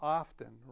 often